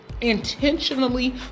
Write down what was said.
intentionally